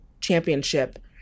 Championship